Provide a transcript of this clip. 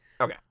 Okay